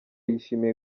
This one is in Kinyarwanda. yishimiye